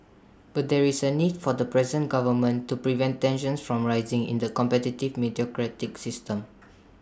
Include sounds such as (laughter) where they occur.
but there is A need for the present government to prevent tensions from rising in the competitive (unintelligible) system